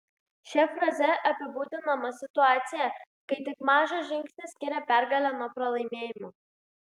šia fraze apibūdinama situacija kai tik mažas žingsnis skiria pergalę nuo pralaimėjimo